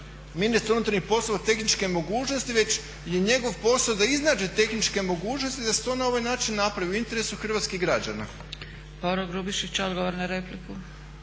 ministra unutarnjih poslova tehničke mogućnosti, već je njegov posao da iznađe tehničke mogućnosti da se to na ovaj način napravi u interesu hrvatskih građana. **Zgrebec, Dragica